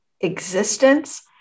existence